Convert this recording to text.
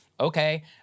Okay